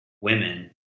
women